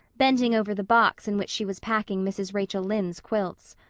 bending over the box in which she was packing mrs. rachel lynde's quilts.